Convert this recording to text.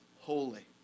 holy